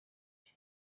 rye